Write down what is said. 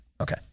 okay